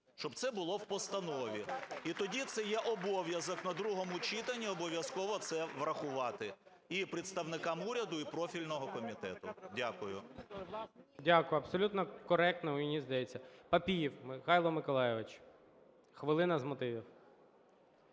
щоб це було в постанові. І тоді це є обов'язок на другому читанні обов'язково це врахувати і представникам уряду, і профільному комітету. Дякую. ГОЛОВУЮЧИЙ. Дякую. Абсолютно коректно, мені здається. Папієв Михайло Миколайович, хвилина з мотивів.